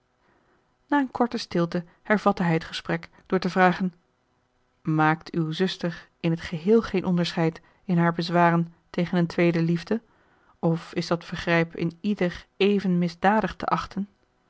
na een korte stilte hervatte hij het gesprek door te vragen maakt uw zuster in het geheel geen onderscheid in haar bezwaren tegen een tweede liefde of is dat vergrijp in ieder even misdadig te achten